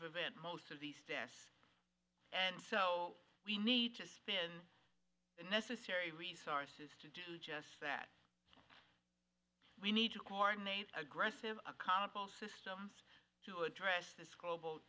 prevent most of these tests and so we need to spin the necessary resources to do just that we need to coordinate aggressive accountable systems to address this global